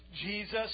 Jesus